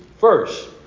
first